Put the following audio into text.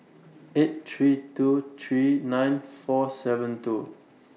eight three two three nine four seven two